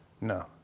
no